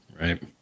Right